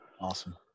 Awesome